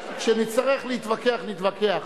כשנצטרך להתווכח, נתווכח.